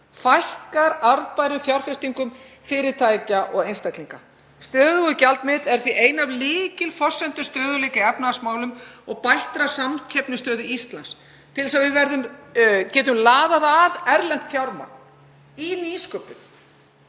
Fækkar arðbærum fjárfestingum fyrirtækja og einstaklinga. — Stöðugur gjaldmiðill er því ein af lykilforsendum stöðugleika í efnahagsmálum og bættrar samkeppnisstöðu Íslands. Til þess að við getum laðað að erlent fjármagn í nýsköpun,